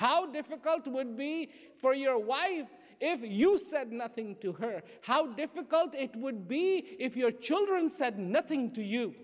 how difficult it would be for your wife if you said nothing to her how difficult it would be if your children said nothing to you